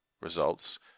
results